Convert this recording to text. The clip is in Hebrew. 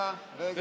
בדיוק, תן לי זמן.